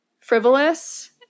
frivolous